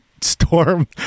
storm